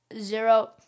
zero